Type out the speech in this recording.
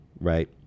right